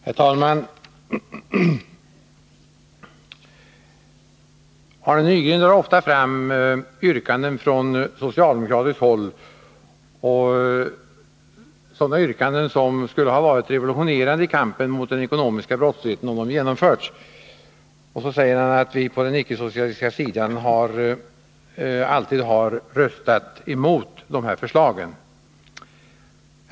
Herr talman! Arne Nygren tar ofta fram sådana yrkanden från socialdemokratiskt håll som skulle ha varit revolutionerande i kampen mot den ekonomiska brottsligheten om de hade genomförts. Han säger att vi på den icke-socialistiska sidan alltid har röstat emot de här förslagen.